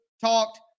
talked